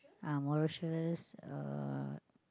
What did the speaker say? ah Mauritius uh